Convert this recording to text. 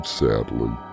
sadly